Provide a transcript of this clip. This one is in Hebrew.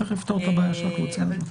צריך לפתור את הבעיה של הקבוצה הזו.